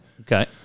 Okay